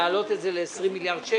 להעלות את זה ל-20 מיליארד שקל?